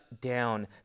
down